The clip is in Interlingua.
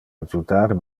adjutar